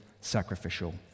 sacrificial